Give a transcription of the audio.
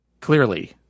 clearly